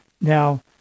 Now